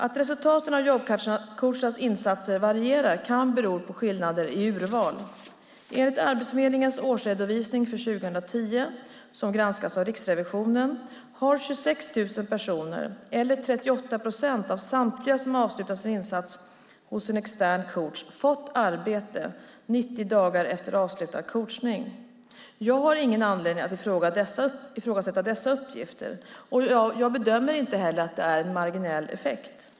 Att resultaten av jobbcoachernas insatser varierar kan bero på skillnader i urval. Enligt Arbetsförmedlingens årsredovisning för 2010 - som granskas av Riksrevisionen - har 26 000 personer eller 38 procent av samtliga som avslutat sin insats hos en extern coach fått arbete 90 dagar efter avslutad coachning. Jag har ingen anledning att ifrågasätta dessa uppgifter, och jag bedömer inte heller att det är en marginell effekt.